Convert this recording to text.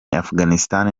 afghanistan